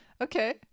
Okay